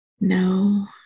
No